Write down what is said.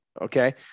Okay